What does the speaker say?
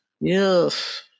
Yes